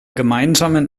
gemeinsamen